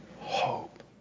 hope